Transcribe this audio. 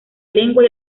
lengua